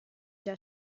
già